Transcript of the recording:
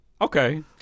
Okay